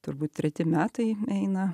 turbūt treti metai eina